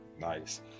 nice